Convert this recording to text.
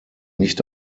nicht